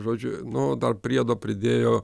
žodžiu nu dar priedo pridėjo